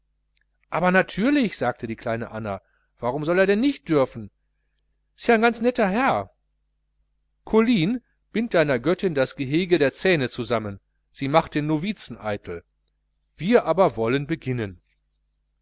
aber natürlich sagte die kleine anna warum soll er denn nicht dürfen s is ja n ganz netter herr colline bind deiner göttin das gehege der zähne zusammen sie macht den novizen eitel wir aber wollen beginnen